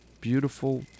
Beautiful